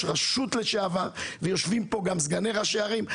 רשות לשעבר ויושבים פה גם סגני ראשי ערים.